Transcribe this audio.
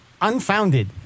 unfounded